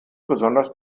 besonders